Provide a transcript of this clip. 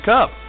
Cup